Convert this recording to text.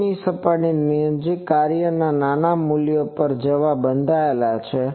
તેથી તે સપાટીની નજીક કાર્ય નાના મૂલ્યો પર જવા માટે બંધાયેલ છે